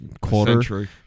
quarter